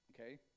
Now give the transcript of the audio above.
Okay